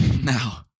Now